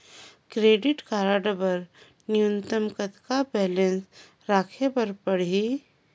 Credit card बर न्यूनतम कतका बैलेंस राखे बर पड़ही?